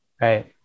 Right